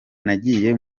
nagiye